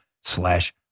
slash